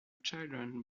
children